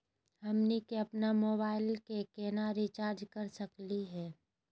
हमनी के अपन मोबाइल के केना रिचार्ज कर सकली हे?